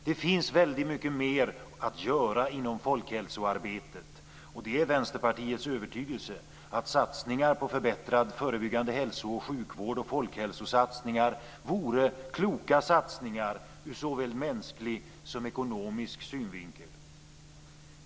Det finns väldigt mycket mer att göra inom folkhälsoarbetet och det är Vänsterpartiets övertygelse att satsningar på förbättrad förebyggande hälso och sjukvård och folkhälsosatsningar vore kloka satsningar ur såväl mänsklig som ekonomisk synvinkel.